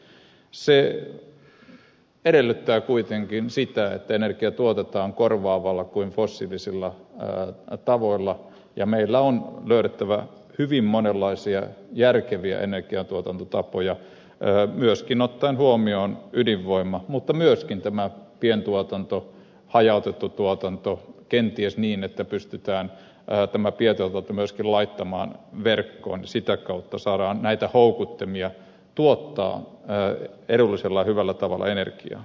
se edellyttää kuitenkin sitä että energia tuotetaan fossiilisia korvaavilla tavoilla ja meidän on löydettävä hyvin monenlaisia järkeviä energiantuotantotapoja myöskin ottaen huomioon ydinvoima mutta myöskin tämä pientuotanto hajautettu tuotanto kenties niin että pystytään tämä pientuotanto myöskin laittamaan verkkoon ja sitä kautta saadaan näitä houkuttimia tuottaa edullisella ja hyvällä tavalla energiaa